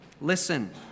Listen